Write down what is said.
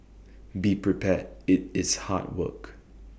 be prepared IT is hard work